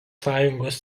sąjungos